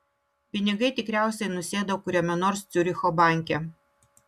pinigai tikriausiai nusėdo kuriame nors ciuricho banke